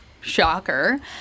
Shocker